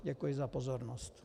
Děkuji za pozornost.